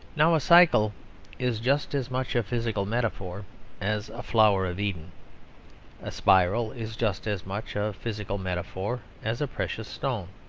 now a cycle is just as much a physical metaphor as a flower of eden a spiral is just as much a physical metaphor as a precious stone.